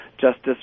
Justice